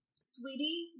sweetie